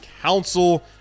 Council